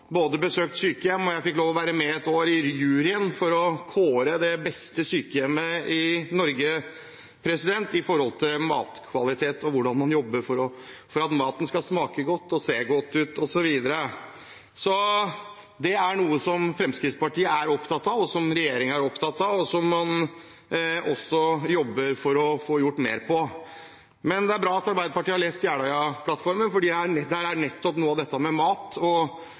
besøkt sykehjem. Ett år fikk jeg lov til å være med i juryen for å kåre det beste sykehjemmet i Norge når det gjelder matkvalitet og hvordan man jobber for at maten skal smake godt og se godt ut. Det er noe Fremskrittspartiet er opptatt av, som regjeringen er opptatt av, og et område man også jobber for å få gjort mer på. Det er bra at Arbeiderpartiet har lest Jeløya-plattformen, for der er